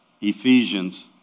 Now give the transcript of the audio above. Ephesians